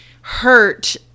hurt